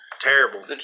Terrible